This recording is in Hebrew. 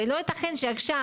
ולא ייתכן שעכשיו,